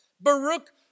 Baruch